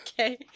Okay